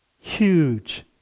huge